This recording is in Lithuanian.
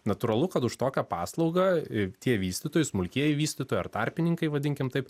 natūralu kad už tokią paslaugą tie vystytojai smulkieji vystytojai ar tarpininkai vadinkim taip